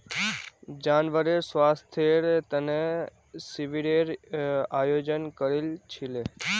जानवरेर स्वास्थ्येर तने शिविरेर आयोजन करील छिले